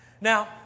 Now